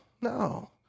No